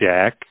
Jack